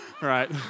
right